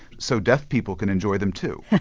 so deaf people can enjoy them too.